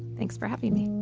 thanks for having me.